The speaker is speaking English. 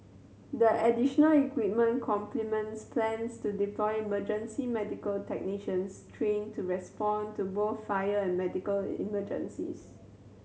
the additional equipment complements plans to deploy emergency medical technicians trained to respond to both fire and medical emergencies